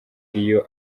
iyo